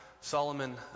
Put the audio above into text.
Solomon